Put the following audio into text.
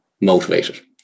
motivated